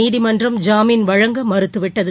நீதிமன்றம் ஜாமின் வழங்க மறுத்துவிட்டது